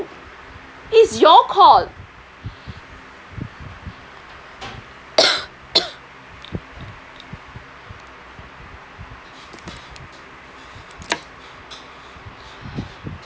it's your call